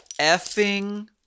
effing